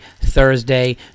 Thursday